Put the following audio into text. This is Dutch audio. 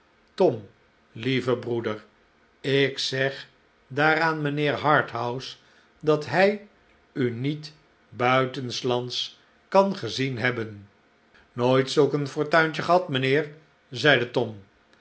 tom lieve broeder ik zeg daar aan mijnheer harthouse dat hij u niet buitenslands kan gezien hebben nooit zulk een fortuintje gehad mijnheer zeide tom